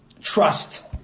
trust